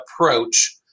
approach